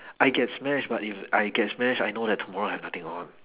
I get smashed but if I get smashed I know that tomorrow I have nothing on